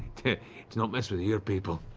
to to not mess with your people.